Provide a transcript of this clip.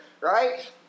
right